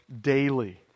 daily